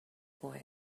boy